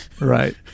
Right